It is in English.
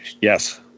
Yes